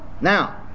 now